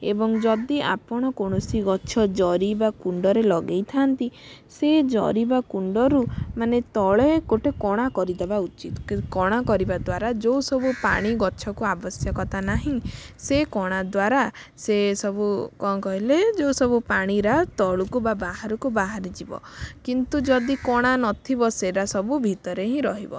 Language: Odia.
ଏବଂ ଯଦି ଆପଣ କୌଣସି ଗଛ ଜରି ବା କୁଣ୍ଡରେ ଲଗେଇଥାନ୍ତି ସେ ଜରି ବା କୁଣ୍ଡରୁ ମାନେ ତଳେ ଗୋଟେ କଣା କରିଦେବା ଉଚିତ କଣା କରିବା ଦ୍ୱାରା ଯେଉଁସବୁ ପାଣି ଗଛକୁ ଆବଶ୍ୟକତା ନାହିଁ ସେ କଣା ଦ୍ୱାରା ସେ ସବୁ କ'ଣ କହିଲେ ଯେଉଁସବୁ ପାଣିଗୁଡ଼ା ତଳକୁ ବା ବାହାରକୁ ବାହାରିଯିବ କିନ୍ତୁ ଯଦି କଣା ନଥିବ ସେଇଟା ସବୁ ଭିତରେ ହିଁ ରହିବ